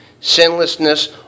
sinlessness